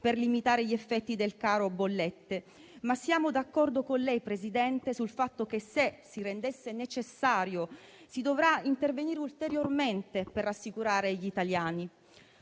per limitare gli effetti del caro bollette, ma siamo d'accordo con lei, presidente Draghi, sul fatto che, se si rendesse necessario, si dovrà intervenire ulteriormente per rassicurare gli italiani.